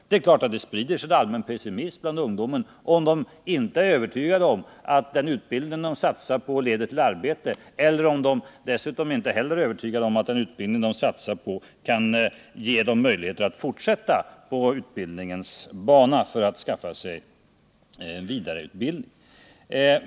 Det är klart att det sprider sig en allmän pessimism bland ungdomen om man inte är övertygad om att den utbildning man satsar på leder till arbete, om man dessutom inte heller är övertygad om att den utbildning man satsar på kan ge möjlighet att fortsätta på utbildningens bana för att skaffa sig vidareutbildning.